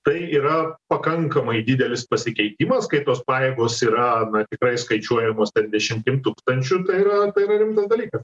tai yra pakankamai didelis pasikeitimas kai tos pajėgos yra na tikrai skaičiuojamos ten dešimtim tūkstančių yra tai yra rimtas dalykas